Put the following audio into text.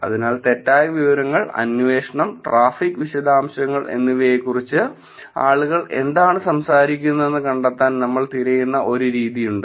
അതിനാൽ തെറ്റായ വിവരങ്ങൾ അന്വേഷണം ട്രാഫിക് വിശദാംശങ്ങൾ തുടങ്ങിയവയെക്കുറിച്ച് ആളുകൾ എന്താണ് സംസാരിക്കുന്നതെന്ന് കണ്ടെത്താൻ നമ്മൾ തിരയുന്ന ഒരു രീതിയുണ്ട്